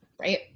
Right